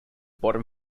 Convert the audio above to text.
bottom